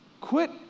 quit